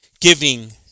giving